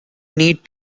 need